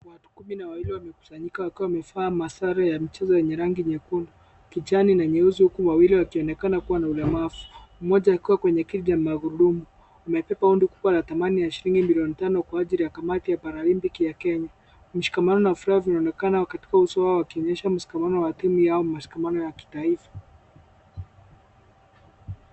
Watu kumi na wawili wamekusanyika wakiwa wamevaa sare za michezo zenye rangi nyekundu na kijani na nyeusi huku wawili wakionekana kuwa na ulemavu. Moja akiwa kwenye kiti ya magurudumu. Wamebeba hundi kubwa yenye thamani ya shillingi millioni tano ya kwa ajili ya kamati ya paralimpiki ya Kenya. Mshikamano na furaha unaonekana kwenye nyuso zao wakionyesha mshikamano wa timu ya na mshikamano wa kitaifa.